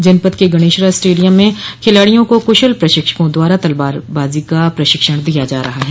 जनपद के गणेशरा स्टेडियम में खिलाड़ियों को कुशल प्रशिक्षकों द्वारा तलवारबाजी का प्रशिक्षण दिया जा रहा है